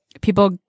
people